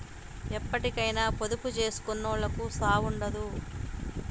ఎప్పటికైనా పొదుపు జేసుకునోళ్లకు సావుండదు